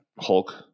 Hulk